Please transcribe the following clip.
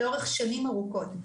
לאורך שנים ארוכות.